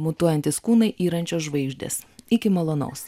mutuojantys kūnai yrančios žvaigždės iki malonaus